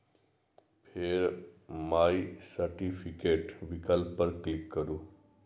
फेर my certificate विकल्प पर क्लिक करू